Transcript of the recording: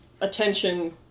attention